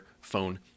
phone